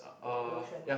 !wah! lotion